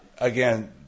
Again